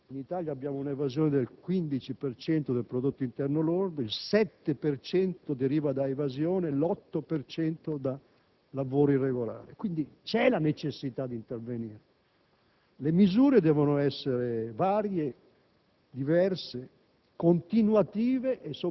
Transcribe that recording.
La questione della lotta all'evasione è decisiva per l'azione di questo Governo, perché è un punto di forza della nostra azione, vi sono misure in discontinuità rispetto all'azione del precedente Governo. In Europa l'evasione